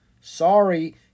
Sorry